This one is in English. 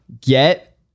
get